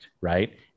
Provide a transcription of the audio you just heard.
right